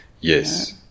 Yes